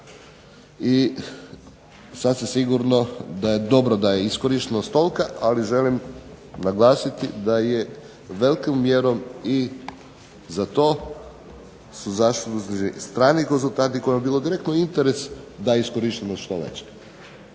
I sasvim sigurno da je dobro da je iskorištenost tolika, ali želim naglasiti da je velikom mjerom i za to su zasluženi strani konzultanti kojima je bilo direktno interes da je iskorištenost sve